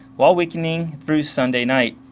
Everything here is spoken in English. while weakening through sunday night.